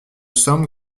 semble